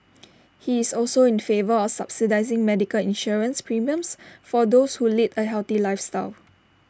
he is also in favour of subsidising medical insurance premiums for those who lead A healthy lifestyle